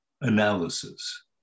analysis